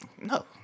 No